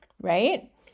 right